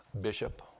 bishop